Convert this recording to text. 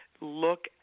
look